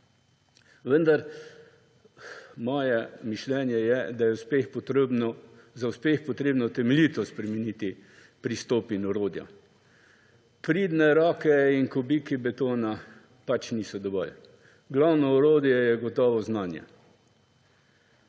Vendar moje mišljenje je, da je za uspeh treba temeljito spremeniti pristop in orodja. Pridne roke in kubiki betona pač niso dovolj. Glavno orodje je gotovo znanje,